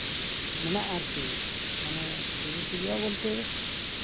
ᱢᱮᱱᱟᱜᱼᱟ ᱟᱨᱠᱤ ᱢᱟᱱᱮ ᱥᱩᱡᱳᱜᱽ ᱥᱩᱵᱤᱫᱷᱟ ᱵᱚᱞᱛᱮ